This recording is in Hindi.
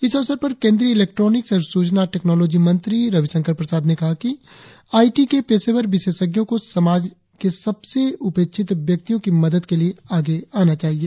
इस अवसर पर केन्द्रीय इलेक्ट्रॉनिक्स और सूचना टेक्नॉलोजी मंत्री रविशंकर प्रसाद ने कहा कि आईटी के पेशेवर विशेषज्ञों को समाज के सबसे उपेक्षित व्यक्तियों की मदद के लिए आए आना चाहिए